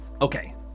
Okay